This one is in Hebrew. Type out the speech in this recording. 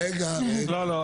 רגע אני פותחת.